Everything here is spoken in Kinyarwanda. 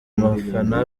abafana